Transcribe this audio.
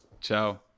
Ciao